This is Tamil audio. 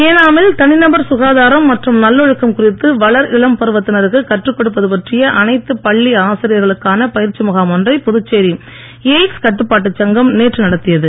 ஏனாம் ஏனாமில் தனிநபர் சுகாதாரம் மற்றும் நல்லொழுக்கம் குறித்து வளர் இளம் பருவத்தினருக்கு கற்றுக் கொடுப்பது பற்றிய அனைத்துப் பள்ளி ஆசிரியர்களுக்கான பயிற்சி முகாம் ஒன்றை புதுச்சேரி எய்ட்ஸ் கட்டுப்பாட்டுச் சங்கம் நேற்று நடத்தியது